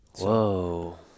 Whoa